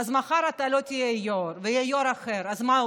אז מחר אתה לא תהיה יו"ר ויהיה יו"ר אחר, אז מה?